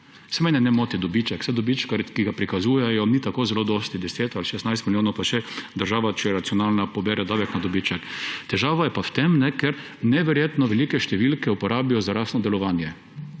mene ne moti dobiček, saj dobiček, ki ga prikazujejo, ni tako zelo velik, 10 ali 16 milijonov, pa še država, če je racionalna, pobere davek na dobiček. Težava je v tem, ker neverjetno velike številke uporabijo za lastno delovanje.